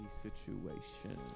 situation